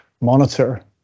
monitor